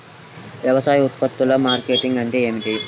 వ్యవసాయ ఉత్పత్తుల మార్కెటింగ్ అంటే ఏమిటి?